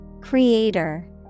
Creator